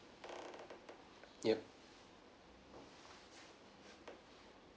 yup